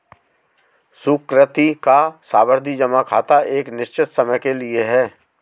सुकृति का सावधि जमा खाता एक निश्चित समय के लिए है